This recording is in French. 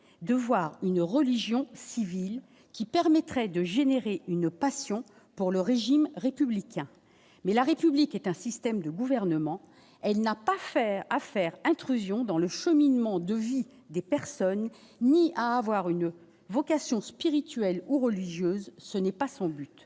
de voir une religion civile qui permettrait de générer une passion pour le régime républicain, mais la République est un système de gouvernement, elle n'a pas fait à faire intrusion dans le cheminement de vie des personnes ni à avoir une vocation spirituelle ou religieuse, ce n'est pas son but,